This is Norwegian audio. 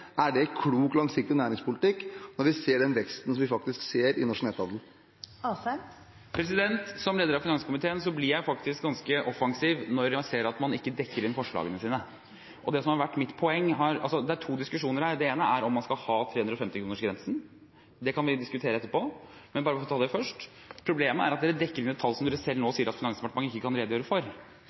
Er det klok langsiktig næringspolitikk når vi ser den veksten vi faktisk ser i norsk netthandel? Som leder av finanskomiteen blir jeg faktisk ganske offensiv når jeg ser at man ikke dekker inn forslagene sine. Det som har vært mitt poeng, er – og det er to diskusjoner her: Det ene er om man skal ha 350-kronersgrensen; det kan vi diskutere etterpå. Men bare for å ta det først: Problemet er at opposisjonen dekker inn et tall som de selv nå sier at Finansdepartementet ikke kan redegjøre for.